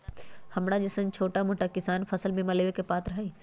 हमरा जैईसन छोटा मोटा किसान फसल बीमा लेबे के पात्र हई?